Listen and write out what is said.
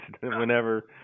whenever